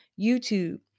YouTube